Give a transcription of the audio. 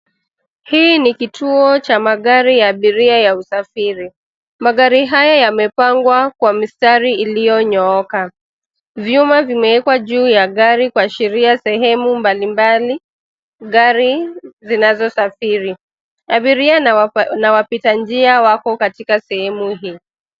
Hii ni kituo cha magari ya abiria ya usafiri. Magari haya yamepangwa kwa mistari iliyonyooka. Vyuma vimeekwa juu ya gari kuashiria sehemu mbalimbali gari zinazosafiri. Abiria na wapita njia wako katika sehemu hii.